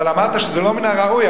אבל אמרת שזה לא מן הראוי,